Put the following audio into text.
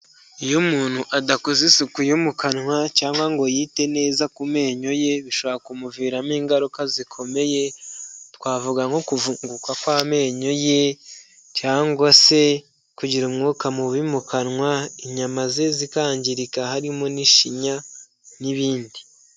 Iyo umuntu adakozeza isuku yo mu kanwa, cyangwa ngo yite neza ku menyo ye, bishobora kumuviramo ingaruka zikomeye, twavuga nko kunguka kw'amenyo ye, cyangwa se kugira umwuka mubi mu kanwa, inyama ze zikangirika harimo n'ishinya, n'ibindi.